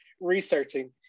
researching